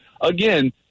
Again